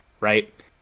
right